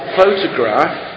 photograph